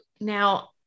now